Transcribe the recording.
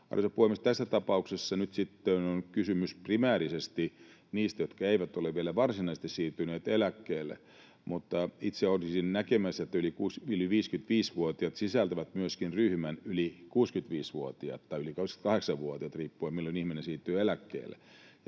Tässä tapauksessa nyt sitten on kysymys primäärisesti niistä, jotka eivät ole vielä varsinaisesti siirtyneet eläkkeelle, mutta itse olisin näkemässä, että yli 55-vuotiaat sisältävät myöskin yli 65-vuotiaiden tai yli 88-vuotiaiden ryhmän riippuen, milloin ihminen siirtyy eläkkeelle.